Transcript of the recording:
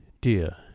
dear